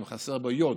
אם חסרה בו יו"ד,